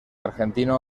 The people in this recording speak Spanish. argentino